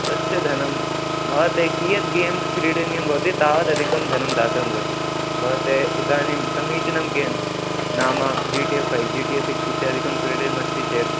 तस्य धनं भवते कियद् गेम्स् क्रीडनीयं भवति तावधिकं धनं दातुं भवति भवते इदानीं समीचीनं गेम्स् नाम G T A five G T A six इत्यादि क्रीडा अस्ति चेत्